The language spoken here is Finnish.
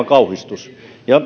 kauhistus